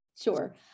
Sure